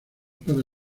para